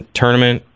tournament